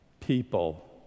people